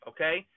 Okay